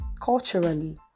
culturally